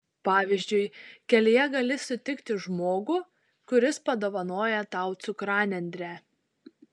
pavyzdžiui kelyje gali sutikti žmogų kuris padovanoja tau cukranendrę